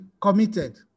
committed